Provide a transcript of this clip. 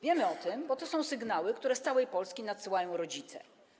Wiemy o tym, bo to są sygnały, które z całej Polski nadsyłają rodzice.